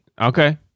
Okay